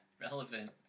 relevant